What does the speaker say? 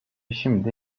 şimdi